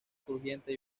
crujiente